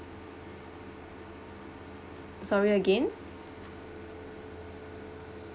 sorry again